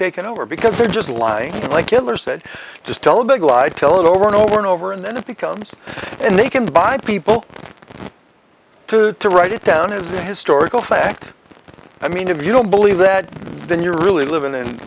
taken over because they're just lying like killer said just tell a big lie tell it over and over and over and then it becomes and they can buy people to write it down is the historical fact i mean if you don't believe that then you're really living in